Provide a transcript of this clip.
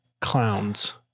clowns